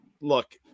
look